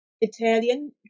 Italian